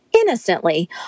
innocently